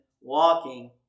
walking